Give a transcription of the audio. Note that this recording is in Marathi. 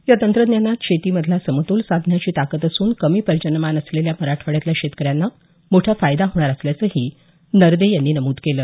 या तंत्रज्ञानात शेतीमधला समतोल साधण्याची ताकद असून कमी पर्जन्यमान असलेल्या मराठवाड्यातल्या शेतकऱ्यांना मोठा फायदा होणार असल्याचंही नरदे यांनी नमूद केलं